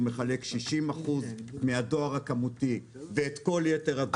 הוא מחלק 60% מן הדואר הכמותי ואת כל יתר דברי הדואר.